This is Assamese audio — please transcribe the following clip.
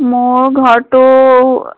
মোৰ ঘৰটো